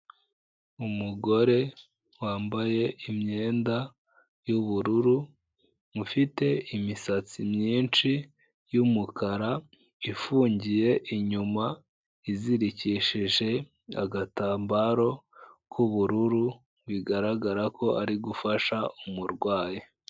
Umugore wambaye imyenda y'ubururu, ufite imisatsi myinshi y'umukara ifungiye inyuma, izirikishije agatambaro k'ubururu, bigaragara ko ari gufasha umurwayi.